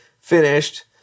finished